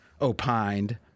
opined